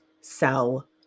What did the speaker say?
sell